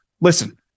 Listen